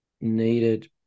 needed